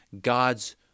God's